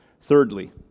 Thirdly